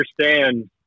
understand